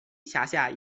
辖下